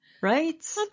Right